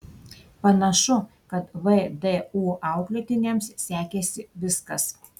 panašu kad vdu auklėtiniams sekėsi viskas